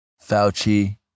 Fauci